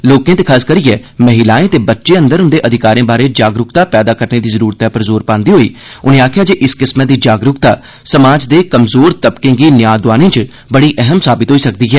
लोकें ते खासकरियै महिलाएं ते बच्चें अंदर उंदे अधिकारें बारै जागरूकता पैदा करने दी जरूरतै पर जोर पांदे होई उनें गलाया जे इस किस्मै दी जागरूकता समाज दे कमजोर तबकें गी न्याऽ दोआने च बड़ी अहम साबत होई सकदी ऐ